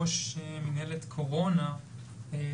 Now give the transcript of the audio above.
ראש מינהלת קורונה,